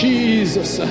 Jesus